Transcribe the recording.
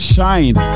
Shine